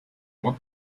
what